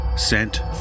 Sent